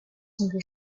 sont